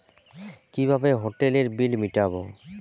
কিভাবে হোটেলের বিল মিটাব?